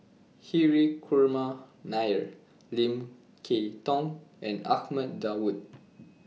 Hri Kumar Nair Lim Kay Tong and Ahmad Daud